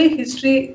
history